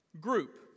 group